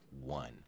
one